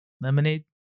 lemonade